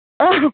औ